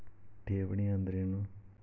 ಠೇವಣಿ ಅಂದ್ರೇನು?